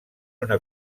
una